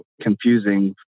confusing